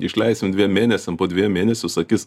išleisim dviem mėnesiam po dviejų mėnesių sakys